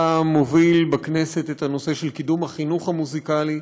אתה מוביל בכנסת את הנושא של קידום החינוך המוזיקלי.